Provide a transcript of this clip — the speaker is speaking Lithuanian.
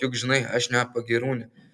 juk žinai aš ne pagyrūnė